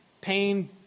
pain